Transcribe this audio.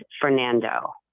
Fernando